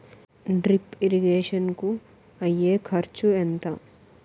Drip irrigation కూ అయ్యే ఖర్చు ఎంత?